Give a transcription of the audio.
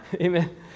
amen